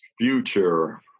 future